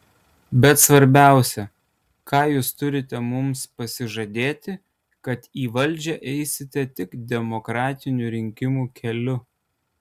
bet svarbiausia ką jūs turite mums pasižadėti kad į valdžią eisite tik demokratinių rinkimų keliu